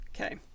Okay